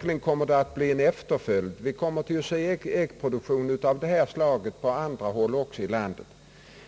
andra kommer att följa efter. Vi kommer att få äggproduktion av detta slag på andra håll i landet.